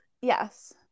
Yes